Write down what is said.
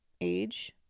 age